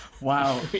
Wow